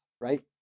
right